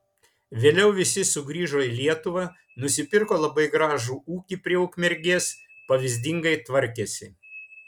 vėliau visi sugrįžo į lietuvą nusipirko labai gražų ūkį prie ukmergės pavyzdingai tvarkėsi